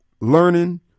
learning